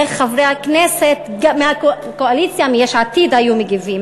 איך חברי הכנסת מהקואליציה, מיש עתיד, היו מגיבים?